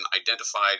identified